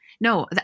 No